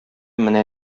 менә